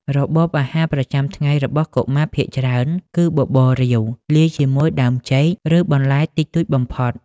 របបអាហារប្រចាំថ្ងៃរបស់កុមារភាគច្រើនគឺបបររាវ លាយជាមួយដើមចេក ឬបន្លែតិចតួចបំផុត។